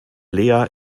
lea